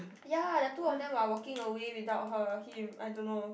ya the two of them are walking away without her him I don't know